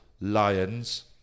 Lions